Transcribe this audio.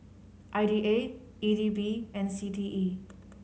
I D A E D B and C T E